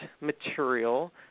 material